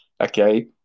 okay